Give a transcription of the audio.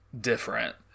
different